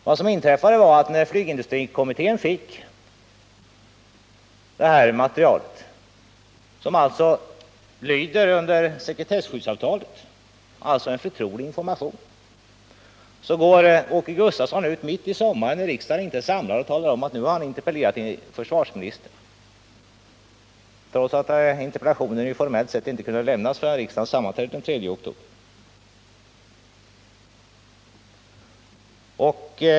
Vad som inträffade var att när flygindustrikommittén fick det föreliggande materialet, som alltså lyder under sekretesskyddsavtalet — det var sålunda en förtrolig information — gick Åke Gustavsson mitt under sommaren, när riksdagen inte var samlad, ut och talade om att han nu hade interpellerat försvarsministern, trots att denna interpellation formellt sett inte kunde lämnas förrän riksdagen sammanträde den 3 oktober.